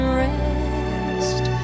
rest